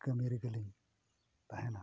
ᱠᱟᱹᱢᱤ ᱨᱮᱜᱮ ᱞᱤᱧ ᱛᱟᱦᱮᱱᱟ